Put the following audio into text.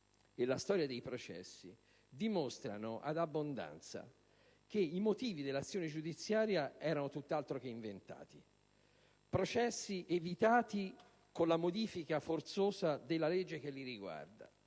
e la storia dei processi dimostrano, ad abbondanza, che i motivi dell'azione giudiziaria erano tutt'altro che inventati, che i processi sono stati evitati con la modifica forzosa della legge che li riguarda.